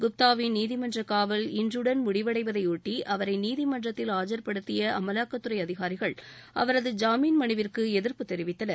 குப்தாவின் நீதிமன்ற காவல் இன்றுடன் முடிவடைவதையொட்டி அவரை நீதிமன்றத்தில் ஆஜர்படுத்திய அமலாக்கத்துறை அதிகாரிகள் அவரது ஜாமீன் மனுவிற்கு எதிர்ப்பு தெரிவித்தனர்